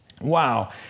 wow